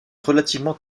relativement